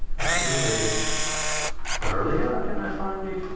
accumulated but earlier? ah can i find it?